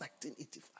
1985